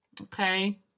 Okay